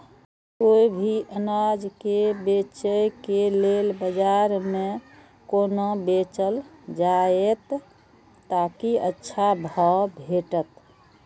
कोय भी अनाज के बेचै के लेल बाजार में कोना बेचल जाएत ताकि अच्छा भाव भेटत?